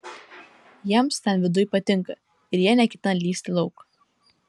jiems ten viduj patinka ir jie neketina lįsti lauk